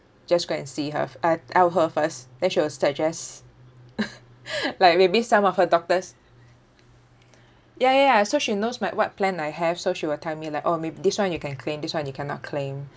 just go and see her f~ uh tell her first then she will suggest like maybe some of her doctors ya ya ya so she knows my what plan I have so she will tell me like maybe this one you can claim this one you cannot claim